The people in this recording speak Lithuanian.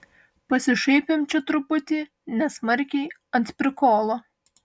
pasišaipėm čia truputį nesmarkiai ant prikolo